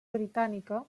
britànica